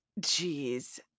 Jeez